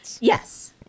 Yes